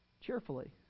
cheerfully